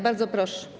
Bardzo proszę.